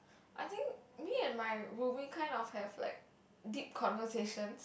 I think me and my well we kind of have like deep conversation